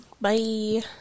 Bye